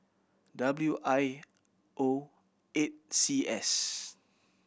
W I O eight C S